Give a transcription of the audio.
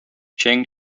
cheng